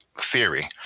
theory